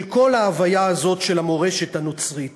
של כל ההוויה הזאת של המורשת הנוצרית.